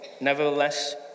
Nevertheless